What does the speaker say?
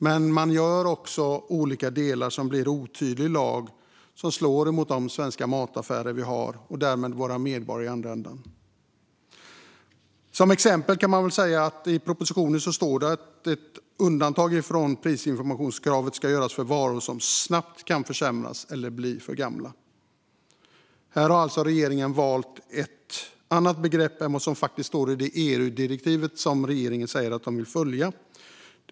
Men det man också gör i olika delar blir otydlig lag som slår mot Sveriges mataffärer och därmed våra medborgare. Ett exempel är att det i propositionen står att ett undantag från prisinformationskravet ska göras "för varor som snabbt kan försämras eller bli för gamla". Här har regeringen valt ett annat begrepp än det som står i det EU-direktiv som man säger att man vill följa.